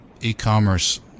e-commerce